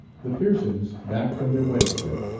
the pearsons, back from their wedding trip,